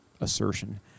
assertion